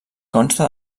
consta